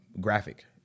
graphic